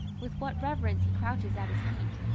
with what reverence he crouches at his feet,